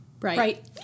Right